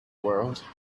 world